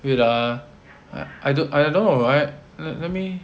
wait ah I don't I don't know what I let me